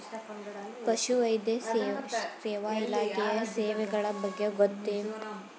ಪಶುವೈದ್ಯ ಸೇವಾ ಇಲಾಖೆಯ ಸೇವೆಗಳ ಬಗ್ಗೆ ಗೊತ್ತೇ?